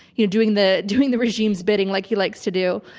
you know, doing the doing the regime's bidding, like he likes to do.